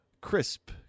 crisp